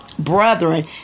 Brethren